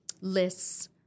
lists